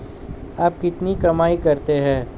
आप कितनी कमाई करते हैं?